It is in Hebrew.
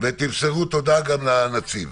תמסרו גם תודה לנציב.